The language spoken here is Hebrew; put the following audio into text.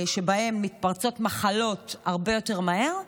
שבהם מתפרצות מחלות הרבה יותר מהר,